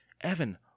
Evan